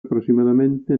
aproximadamente